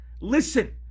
listen